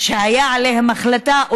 שהייתה עליהם החלטה,